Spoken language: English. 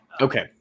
Okay